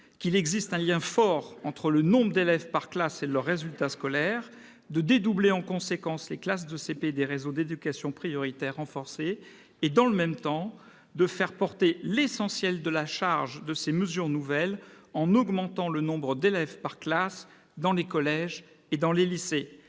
qu'il existe un lien fort entre le nombre d'élèves par classe et les résultats scolaires et dédoublez en conséquence les classes de CP des réseaux d'éducation prioritaire renforcés ; mais, dans le même temps, vous faites porter l'essentiel de la charge de ces mesures nouvelles sur l'augmentation du nombre d'élèves par classe dans les collèges et les lycées.